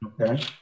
Okay